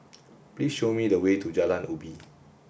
please show me the way to Jalan Ubi